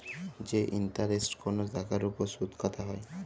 যে ইলটারেস্ট কল টাকার উপর সুদ কাটা হ্যয়